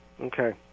Okay